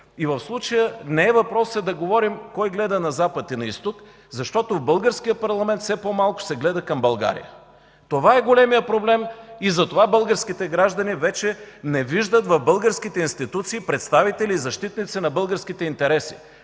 В случая не е въпрос да говорим кой гледа на Запад и на Изток, защото в българския парламент все по-малко се гледа към България. Това е големият проблем и затова българските граждани вече не виждат в българските институции представители и защитници на българските интереси.